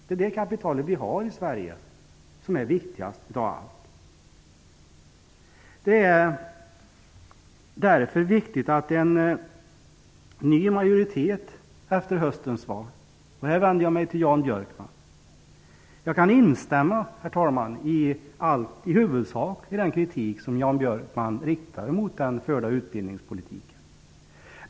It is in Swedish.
Det är det kapital vi har i Sverige som är viktigast av allt. Det är viktigt att en ny majoritet efter höstens val tar itu med detta, och här vänder jag mig till Jan Björkman. Jag instämmer i huvudsak i den kritik som Jan Björkman riktar mot den förda utbildningspolitiken.